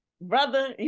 Brother